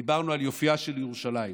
דיברנו על יופייה של ירושלים.